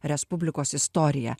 respublikos istoriją